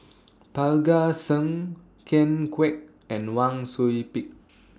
Parga Singh Ken Kwek and Wang Sui Pick